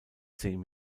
zehn